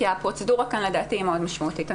כי הפרוצדורה כאן היא לדעתי מאוד משמעותית.